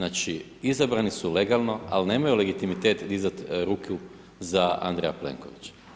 Dakle, izabrani su legalno, ali nemaju legitimitet dizati ruku za Andreja Plenkovića.